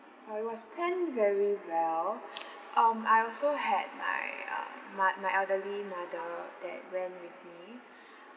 uh it was plan very well um I also had my ah my my elderly mother that went with me